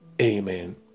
Amen